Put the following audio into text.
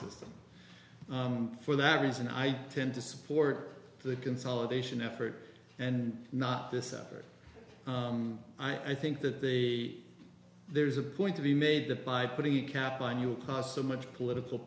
system for that reason i tend to support the consolidation effort and not this effort i think that they there's a point to be made that by putting a cap on you will cost so much political